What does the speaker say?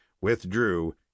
withdrew